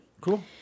Cool